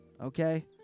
okay